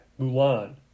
Mulan